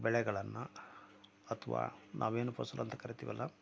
ಬೆಳೆಗಳನ್ನು ಅಥವಾ ನಾವೇನು ಫಸಲು ಅಂತ ಕರಿತಿವಲ್ಲ